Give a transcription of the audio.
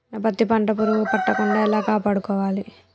నా పత్తి పంట పురుగు పట్టకుండా ఎలా కాపాడుకోవాలి?